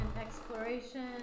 exploration